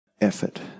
effort